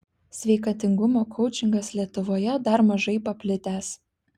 sveikatingumo koučingas lietuvoje dar mažai paplitęs